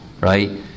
Right